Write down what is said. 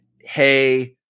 Hey